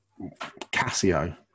Casio